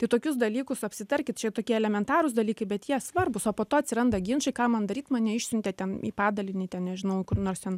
tai tokius dalykus apsitarkit čia tokie elementarūs dalykai bet jie svarbūs o po to atsiranda ginčai ką man daryt mane išsiuntė ten į padalinį ten nežinau kur nors ten